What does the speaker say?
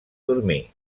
dormir